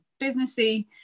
businessy